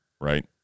right